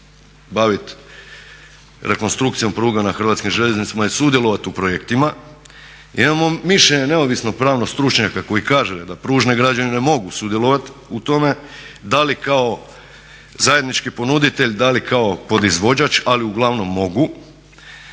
baviti rekonstrukcijom pruga na HŽ-u i sudjelovati u projektima i imamo mišljenje neovisnog pravnog stručnjaka koji kaže da pružne građevine mogu sudjelovati u tome da li kao zajednički ponuditelj, da li kao podizvođač ali uglavnom mogu.